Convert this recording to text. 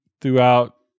throughout